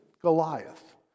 Goliath